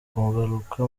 kugaruka